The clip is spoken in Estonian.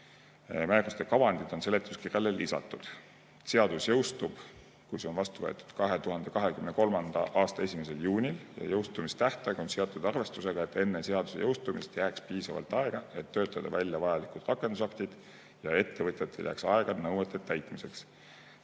Määruste kavandid on seletuskirjale lisatud. Seadus jõustub, kui see on vastu võetud, 2023. aasta 1. juunil. Jõustumistähtaeg on seatud arvestusega, et enne seaduse jõustumist jääks piisavalt aega, et töötada välja rakendusaktid ja ettevõtjatel jääks aega nõuete täitmiseks.